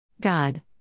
God